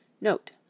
Note